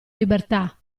libertà